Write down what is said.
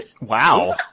Wow